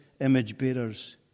image-bearers